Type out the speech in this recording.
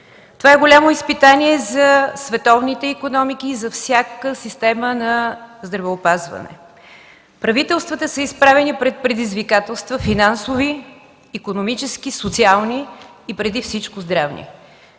Това е голямо изпитание за световните икономики и за всяка система на здравеопазване. Правителствата са изправени пред предизвикателства – финансови, икономически, социални и преди всичко здравни.